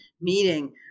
meeting